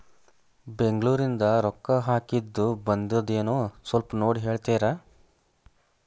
ಬೆಂಗ್ಳೂರಿಂದ ರೊಕ್ಕ ಹಾಕ್ಕಿದ್ದು ಬಂದದೇನೊ ಸ್ವಲ್ಪ ನೋಡಿ ಹೇಳ್ತೇರ?